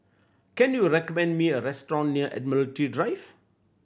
can you recommend me a restaurant near Admiralty Drive